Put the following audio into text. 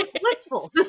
Blissful